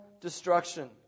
destruction